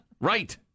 Right